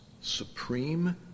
supreme